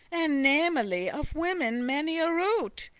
and namely of women many a rout,